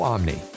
Omni